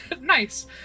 Nice